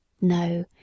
No